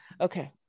Okay